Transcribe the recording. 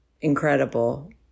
incredible